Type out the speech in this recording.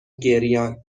گریانخوبه